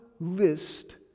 list